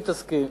אם תסכים.